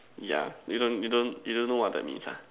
yeah you don't you don't you don't know what that means ah